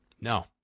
no